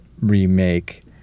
remake